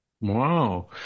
Wow